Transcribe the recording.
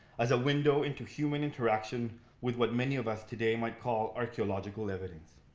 as a window into human interaction with what many of us today might call archaeological evidence.